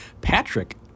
patrick